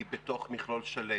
היא בתוך מכלול שלם.